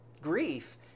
grief